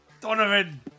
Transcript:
Donovan